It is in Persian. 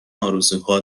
ارزوها